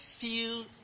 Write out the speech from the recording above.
feel